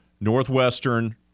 Northwestern